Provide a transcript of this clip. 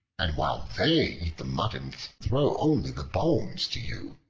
and while they eat the mutton throw only the bones to you.